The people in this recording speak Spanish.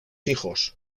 hijos